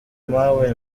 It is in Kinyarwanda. mawe